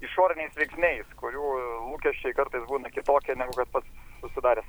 išoriniais veiksniais kurių lūkesčiai kartais būna kitokie negu kad pats susidaręs